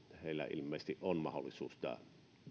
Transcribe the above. heillä ilmeisesti on mahdollisuus tämä